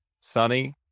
sunny